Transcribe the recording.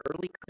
early